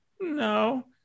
no